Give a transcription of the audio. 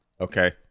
okay